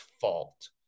fault